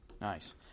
nice